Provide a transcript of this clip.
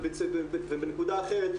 ובנקודה אחרת,